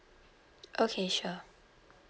okay sure